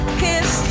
kiss